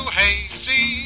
hazy